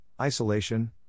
isolation